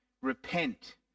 Repent